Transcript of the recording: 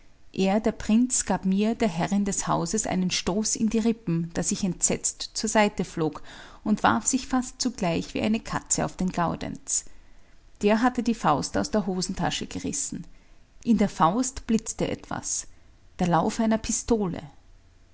er der prinz gab mir der herrin des hauses einen stoß in die rippen daß ich entsetzt zur seite flog und warf sich fast zugleich wie eine katze auf den gaudenz der hatte die faust aus der hosentasche gerissen in der faust blitzte etwas der lauf einer pistole